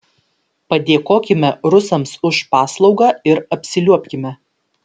padėkokime rusams už paslaugą ir apsiliuobkime